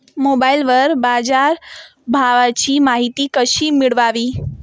मोबाइलवर बाजारभावाची माहिती कशी मिळवावी?